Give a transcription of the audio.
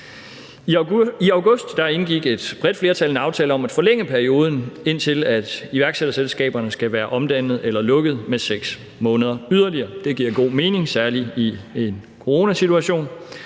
I august indgik et bredt flertal en aftale om at forlænge perioden for, hvornår iværksætterselskaberne skal være omdannet eller lukket, med 6 måneder yderligere. Det giver god mening, særlig i en coronasituation.